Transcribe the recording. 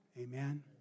Amen